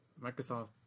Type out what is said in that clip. Microsoft